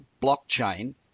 blockchain